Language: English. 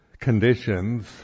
conditions